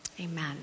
Amen